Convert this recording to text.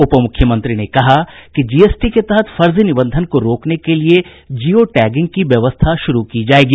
उप मुख्यमंत्री ने कहा कि जीएसटी के तहत फर्जी निबंधन को रोकने के लिए जियो टैगिंग की व्यवस्था शुरू की जायेगी